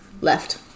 left